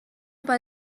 بعد